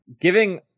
Giving